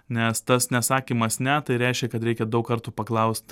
nes tas nesakymas ne tai reiškia kad reikia daug kartų paklaust